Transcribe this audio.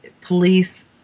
police